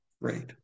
Great